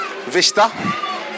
vista